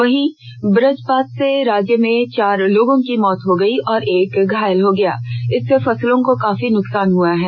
वहीं व्रजपात से राज्य में चार लोगों की मौत हो गई और एक घायल हो गया इससे फसलों को काफी नुकसान भी हुआ है